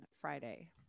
Friday